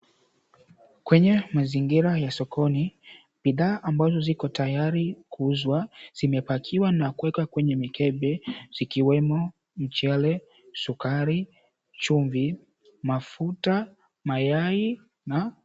Kwenye mazingira ya sokoni bidhaa zilizotayari kuuzwa zimepakiwa na kuwekewa kwenye mikebe zikiwemo mchele, sukari, chumvi, mafuta, mayai na...